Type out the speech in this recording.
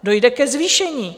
Dojde ke zvýšení.